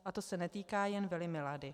A to se netýká jen vily Milady.